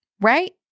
right